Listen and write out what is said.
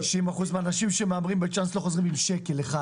90% מהאנשים שמהמרים בצ'אנס לא חוזרים עם שקל אחד,